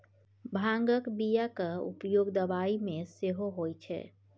भांगक बियाक उपयोग दबाई मे सेहो होए छै